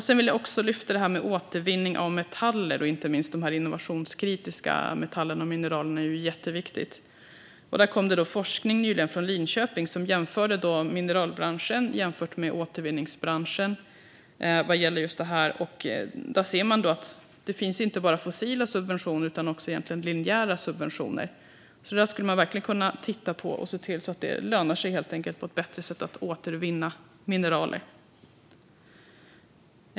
Sedan vill jag också lyfta fram återvinning av metaller och inte minst de innovationskritiska metallerna och mineralen, vilket är jätteviktigt. Där kom det nyligen forskning från Linköping som jämförde mineralbranschen med återvinningsbranschen vad gäller just detta. Där ser man att inte bara finns fossila subventioner utan egentligen också linjära subventioner. Det skulle man verkligen kunna titta på och helt enkelt se till att det lönar sig på ett bättre sätt att återvinna mineral.